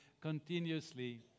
continuously